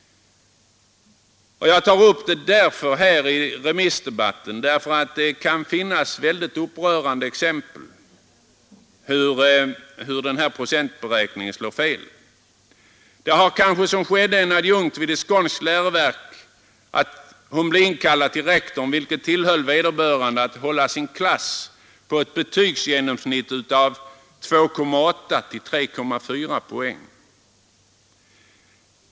De har kanske, som en adjunkt vid ett skånskt läroverk, blivit inkallade till rektor och tillhållna att hålla sin klass på ett betygsgenomsnitt av 2,8—3,4 poäng.